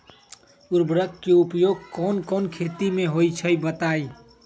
उर्वरक के उपयोग कौन कौन खेती मे होई छई बताई?